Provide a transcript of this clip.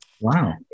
Wow